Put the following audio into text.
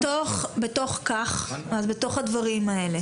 בתוך הדברים האלה,